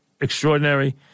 extraordinary